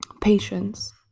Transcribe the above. patience